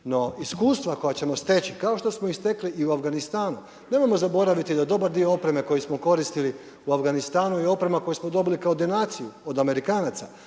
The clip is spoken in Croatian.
No, iskustva koja ćemo steći kao što smo i stekli i u Afganistanu. Nemojmo zaboraviti da dobar dio opreme koji smo koristili u Afganistanu je oprema koju smo dobili kao donaciju od Amerikanaca,